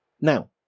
Now